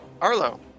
Arlo